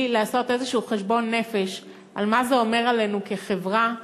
לעשות איזשהו חשבון נפש מה זה אומר עלינו כחברה,